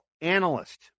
analyst